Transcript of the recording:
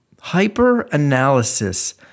hyper-analysis